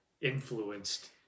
influenced